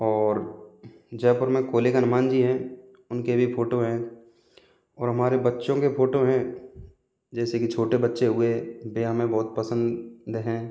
और जयपुर में खोले के हनुमान जी हैं उनके भी फ़ोटो हैं और हमारे बच्चों के फ़ोटो हैं जैसे कि छोटे बच्चे हुए वे हमें बहुत पसंद हैं